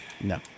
No